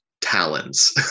talons